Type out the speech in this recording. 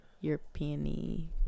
European